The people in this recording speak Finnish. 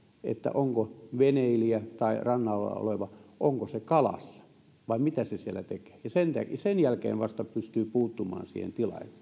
onko veneilijä tai rannalla oleva kalassa vai mitä se siellä tekee sen jälkeen vasta pystyy puuttumaan siihen